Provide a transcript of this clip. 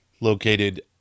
located